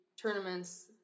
tournaments